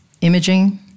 imaging